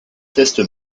test